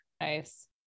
Nice